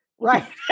Right